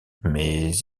mais